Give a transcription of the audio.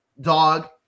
Dog